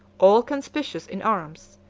all conspicuous in arms,